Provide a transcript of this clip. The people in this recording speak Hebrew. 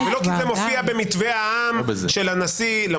ולא כי זה מופיע במתווה העם של הנשיא.